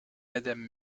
madame